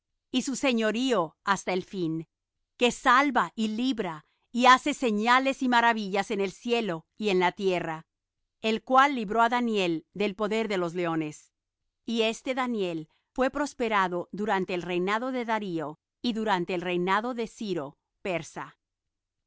y su señorío hasta el fin que salva y libra y hace señales y maravillas en el cielo y en la tierra el cual libró á daniel del poder de los leones y este daniel fué prosperado durante el reinado de darío y durante el reinado de ciro persa